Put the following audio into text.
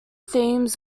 themes